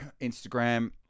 Instagram